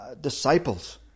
disciples